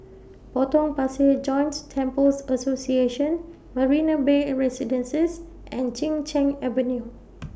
Potong Pasir Joints Temples Association Marina Bay A Residences and Chin Cheng Avenue